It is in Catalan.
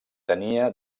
tenia